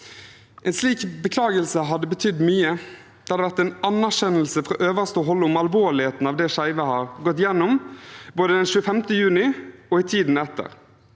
En slik beklagelse hadde betydd mye, det hadde vært en anerkjennelse fra øverste hold om alvorligheten av det som skeive har gått gjennom både den 25. juni og i tiden etter.